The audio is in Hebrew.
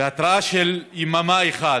בהתראה של יממה אחת,